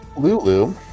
Lulu